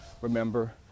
remember